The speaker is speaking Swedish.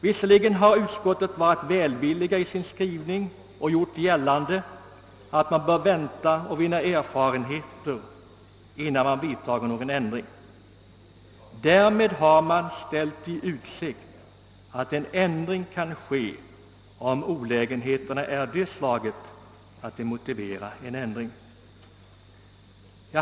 Visserligen har utskottsmajoriteten varit välvillig i sin skrivning och gjort gällande att man bör vänta och vinna erfarenheter innan man vidtar någon ändring. Därmed har det ställts i utsikt att en ändring kan komma till stånd, om olägenheterna är av det slaget att de motiverar detta.